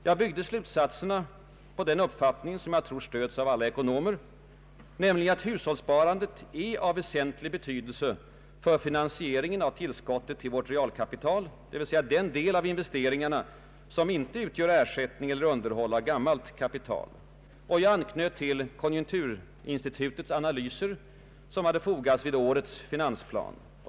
Jag byggde slutsatserna på den uppfattningen, som jag tror stöds av alla ekonomer, nämligen att hushållssparandet är av väsentlig betydelse för finansieringen av tillskottet till vårt realkapital, d.v.s. den del av investeringarna som inte utgör ersättning eller underhåll av gammalt kapital. Jag anknöt till konjunkturinstitutets analys inför årets finansplan.